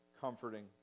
comforting